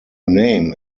name